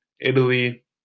Italy